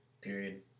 period